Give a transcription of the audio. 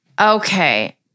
Okay